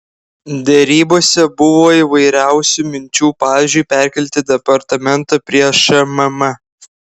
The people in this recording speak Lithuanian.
derybose buvo įvairiausių minčių pavyzdžiui perkelti departamentą prie šmm